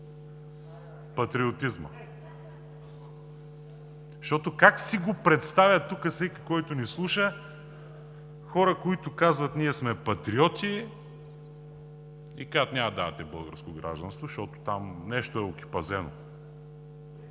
патриотизма. Как си го представя тук всеки, който ни слуша – хора, които казват: „Ние сме патриоти и няма да давате българско гражданство, защото там нещо е окепазено?!“